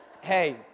hey